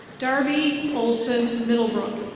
darby olson middlebrook.